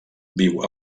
viu